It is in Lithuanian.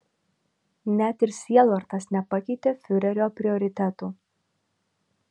net ir sielvartas nepakeitė fiurerio prioritetų